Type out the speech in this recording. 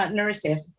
nurses